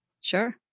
Sure